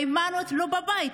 היימנוט לא בבית.